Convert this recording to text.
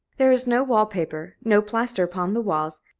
there is no wall-paper, no plaster upon the walls,